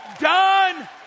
done